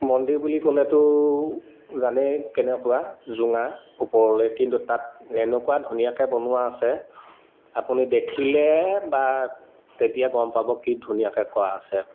মন্দিৰ বুলি ক'লেতো জানেই কেনেকুৱা জোঙা ওপৰলে কিন্তু তাত এনেকুৱা ধুনীয়াকে বনোৱা আছে আপুনি দেখিলে বা তেতিয়া গম পাব কি ধুনীয়াকে কৰা আছে